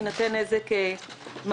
יינתן נזק ממשי,